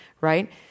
right